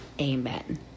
Amen